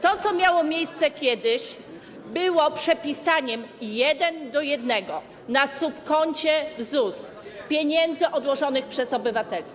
To, co miało kiedyś miejsce, było przepisaniem 1 do 1 na subkoncie w ZUS pieniędzy odłożonych przez obywateli.